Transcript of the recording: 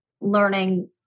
learning